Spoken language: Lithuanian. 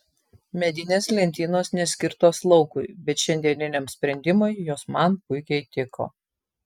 medinės lentynos neskirtos laukui bet šiandieniniam sprendimui jos man puikiai tiko